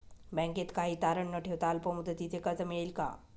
बँकेत काही तारण न ठेवता अल्प मुदतीचे कर्ज मिळेल का?